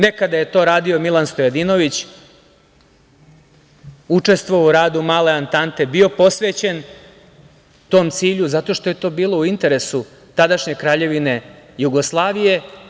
Nekada je to radio Milan Stojadinović, učestvovao u radu Male Antante, bio posvećen tom cilju zato što je to bilo u interesu tadašnje Kraljevine Jugoslavije.